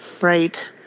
Right